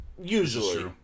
usually